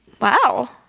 Wow